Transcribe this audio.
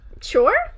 Sure